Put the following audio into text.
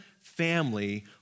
family